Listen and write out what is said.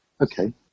Okay